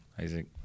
Isaac